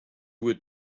would